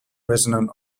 resonant